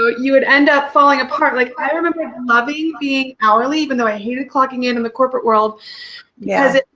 ah you would end up falling apart like i remember loving being hourly even though i hated clocking in and the corporate world yes.